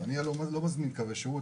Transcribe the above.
אני לא מזמין קווי שירות,